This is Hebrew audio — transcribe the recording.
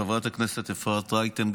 חברת הכנסת אפרת רייטן,